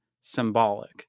symbolic